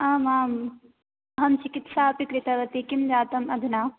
आम् आम् अहं चिकित्सा अपि कृतवती किं जातम् अधुना